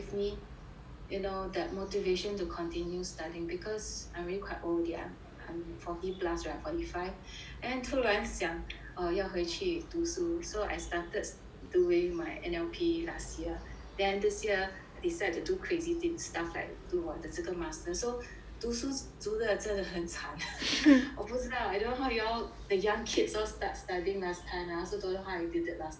you know that motivation to continue studying because I'm really quite old already I'm forty plus right forty five and 突然想哦要回去读书 so I started doing my N_L_P last year then this year decide to do crazy thing stuff like 读我的这个 masters so 读书读得真的很惨 我不知道 I don't know how you all the young kids all start studying last time I also don't know how I did that last time but